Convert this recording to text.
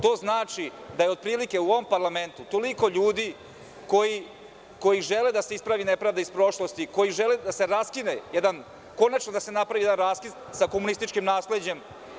To znači da je otprilike u ovom parlamentu toliko ljudi koji žele da se ispravi nepravda iz prošlosti, koji žele da se konačno da se napravi jedan raskid sa komunističkim nasleđem.